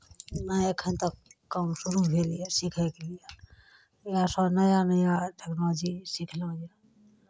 नहि एखन तक काम शुरू भेलैए सिखयके लिए इएह सभ नया नया टेक्नोलोजी सिखलहुँ यए